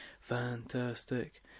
Fantastic